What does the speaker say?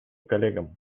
коллегам